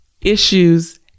issues